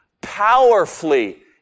powerfully